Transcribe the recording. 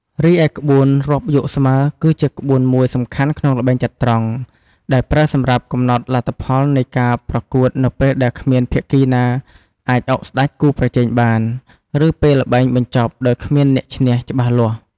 រីឯ ក្បួនរាប់យកស្មើ គឺជាក្បួនមួយសំខាន់ក្នុងល្បែងចត្រង្គ ដែលប្រើសម្រាប់កំណត់លទ្ធផលនៃការប្រកួតនៅពេលដែលគ្មានភាគីណាអាចអុកស្ដេចគូប្រជែងបាន ឬពេលល្បែងបញ្ចប់ដោយគ្មានអ្នកឈ្នះច្បាស់លាស់។